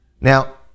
Now